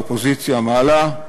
האופוזיציה מעלה,